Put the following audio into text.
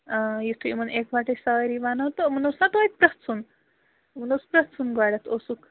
آ یُِتھُے ایِمَن اِکوَٹَے سٲری وَنو تہٕ یِمَن اوس نا توتہِ پرٛژھُن یِمَن اوس پرٛژھُن گۄڈٕ اوسُکھ